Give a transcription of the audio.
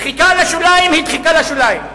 דחיקה לשוליים היא דחיקה לשוליים.